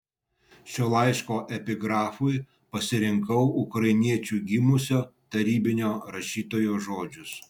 šio laiško epigrafui pasirinkau ukrainiečiu gimusio tarybinio rašytojo žodžius